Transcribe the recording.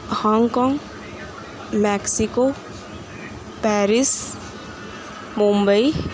Hong Kong Mexico Paris Mumbai